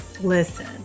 listen